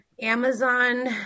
Amazon